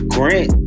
Grant